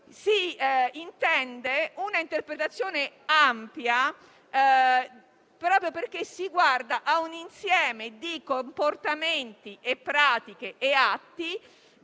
si intende un'interpretazione ampia proprio perché si guarda a un insieme di comportamenti, pratiche e atti